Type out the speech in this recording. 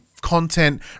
content